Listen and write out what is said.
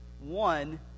One